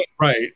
Right